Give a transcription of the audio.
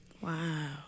Wow